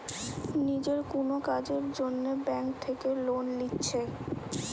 নিজের কুনো কাজের জন্যে ব্যাংক থিকে লোন লিচ্ছে